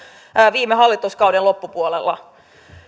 viime hallituskauden loppupuolella